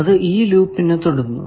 അത് ഈ ലൂപ്പിനെ തൊടുന്നു